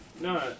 no